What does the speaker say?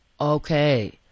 okay